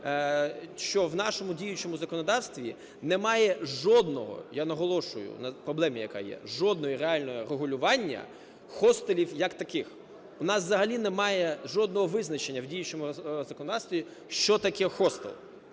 що в нашому діючому законодавстві немає жодного, я наголошую на проблемі, яка є, жодного реального регулювання хостелів як таких. У нас взагалі немає жодного визначення в діючому законодавстві, що таке хостел.